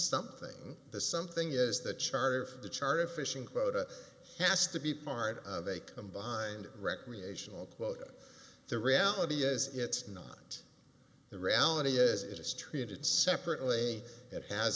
something the something is the charter for the charter fishing boat it has to be part of a combined recreational quota the reality is it's not the reality is it is treated separately it has